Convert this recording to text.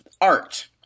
art